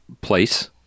place